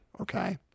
okay